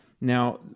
Now